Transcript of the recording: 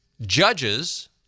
judges